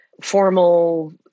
formal